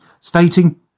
stating